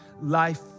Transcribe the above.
life